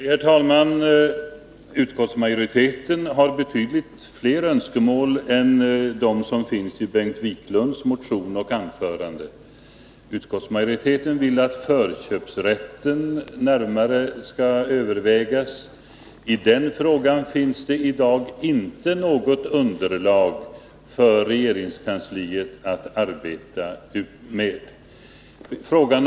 Herr talman! Utskottsmajoriteten har betydligt fler önskemål än dem som finns i Bengt Wiklunds motion och anförande. Utskottsmajoriteten vill att förköpsrätten närmare skall övervägas. I den frågan finns det i dag inte något underlag för regeringskansliet att arbeta med.